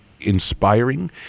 inspiring